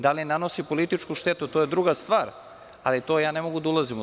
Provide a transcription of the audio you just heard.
Da li nanosi političku štetu, to je druga stvar, ali ne mogu da ulazim u to.